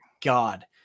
God